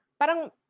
parang